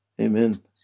Amen